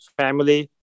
family